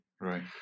right